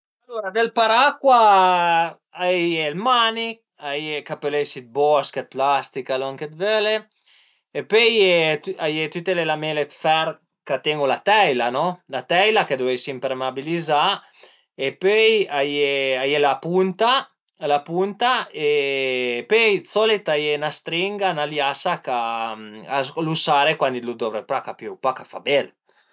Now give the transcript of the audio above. Alura del paracua a ie ël mani, a ie, ch'a pöl esi dë bosch o dë plastica, lon che völe e pöi a ie a ie tüte le lamele dë fer ch'a ten-u la teila no, la teila ch'a deu esi ëmpermeabilizà e pöi a ie a ie la punta e pöi d'solit a ie 'na stringa, 'na liasa ch'a lu sare cuandi lu dovre pa, ch'a piöu pa, ch'a fa bel